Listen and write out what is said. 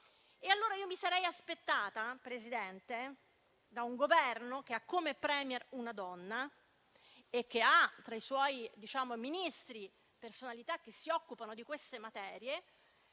Allora io mi sarei aspettata, Presidente, da un Governo che ha come *Premier* una donna e che ha tra i suoi Ministri personalità che si occupano di queste materie,